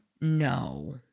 No